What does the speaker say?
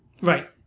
Right